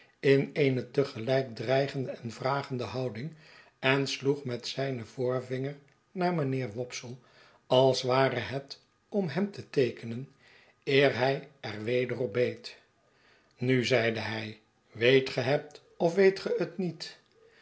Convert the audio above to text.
in eene te gelijk dreigende en vragende houding en sloeg met zijn voorvinger naar mijnheer wopsle als ware het om hem te teekenen eer hij er weder op beet nu zeide hij weet ge het of weet ge het niet